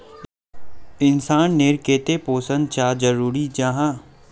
इंसान नेर केते पोषण चाँ जरूरी जाहा?